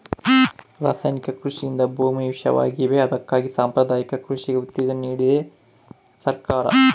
ರಾಸಾಯನಿಕ ಕೃಷಿಯಿಂದ ಭೂಮಿ ವಿಷವಾಗಿವೆ ಅದಕ್ಕಾಗಿ ಸಾಂಪ್ರದಾಯಿಕ ಕೃಷಿಗೆ ಉತ್ತೇಜನ ನೀಡ್ತಿದೆ ಸರ್ಕಾರ